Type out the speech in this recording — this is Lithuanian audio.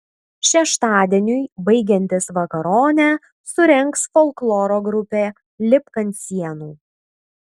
šeštadieniui baigiantis vakaronę surengs folkloro grupė lipk ant sienų